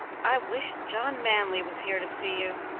i wish john manly was here to see you.